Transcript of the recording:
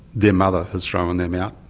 their mother has thrown them out.